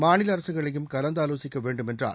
மாநில அரசுகளையும் கலந்தாலோசிக்க வேண்டும் என்றார்